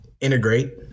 integrate